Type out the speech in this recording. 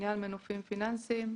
בעניין מנופים פיננסים,